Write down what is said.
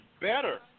better